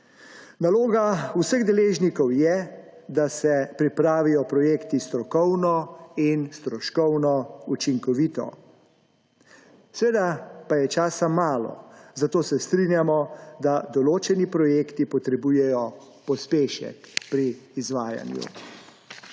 Naloga vseh deležnikov je, da se pripravijo projekti strokovno in stroškovno učinkovito. Seveda pa je časa malo, zato se strinjamo, da določeni projekti potrebujejo pospešek pri izvajanju.